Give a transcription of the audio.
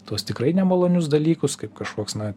tuos tikrai nemalonius dalykus kaip kažkoks na